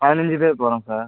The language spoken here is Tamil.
பதினைஞ்சு பேர் போகிறோம் சார்